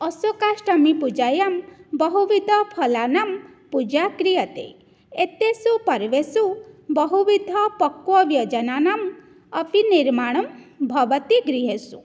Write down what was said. अशोकाष्टमीपूजायां बहुविधफलानां पूजा क्रियते एतेषु पर्वसु बहुविधपक्वव्यञ्जनानाम् अपि निर्माणं भवति गृहेषु